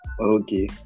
Okay